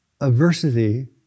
adversity